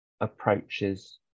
approaches